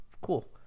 cool